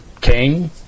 King